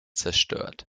zerstört